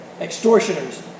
extortioners